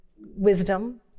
wisdom